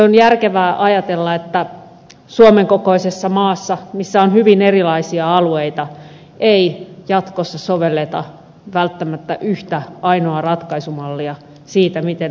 on järkevää ajatella että suomen kokoisessa maassa missä on hyvin erilaisia alueita ei jatkossa sovelleta välttämättä yhtä ainoaa ratkaisumallia siinä miten hallinto hoidetaan